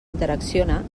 interacciona